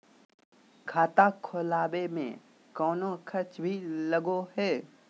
खाता खोलावे में कौनो खर्चा भी लगो है?